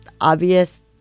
obvious